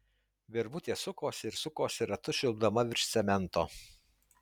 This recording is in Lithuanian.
virvutė sukosi ir sukosi ratu švilpdama virš cemento